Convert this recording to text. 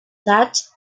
sat